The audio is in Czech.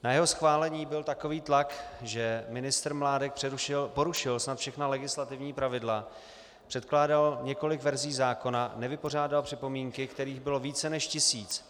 Na jeho schválení byl takový tlak, že ministr Mládek porušil snad všechna legislativní pravidla, předkládal několik verzí zákona, nevypořádal připomínky, kterých bylo více než tisíc.